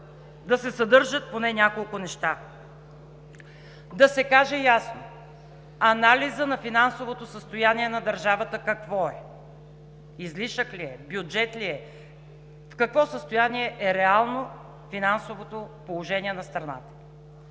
да се съдържат поне няколко неща. Да се каже ясно: анализът на финансовото състояние на държавата какво е – излишък ли е, бюджет ли е, в какво състояние е реално финансовото положение на страната?